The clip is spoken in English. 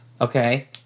Okay